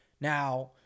Now